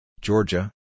Georgia